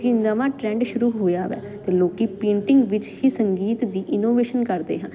ਨਵਾਂ ਟਰੈਂਡ ਸ਼ੁਰੂ ਹੋਇਆ ਵੈ ਤੇ ਲੋਕੀ ਪੇਂਟਿੰਗ ਵਿੱਚ ਹੀ ਸੰਗੀਤ ਦੀ ਇਨੋਵੇਸ਼ਨ ਕਰਦੇ ਹਾਂ